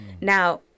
Now